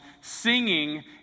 singing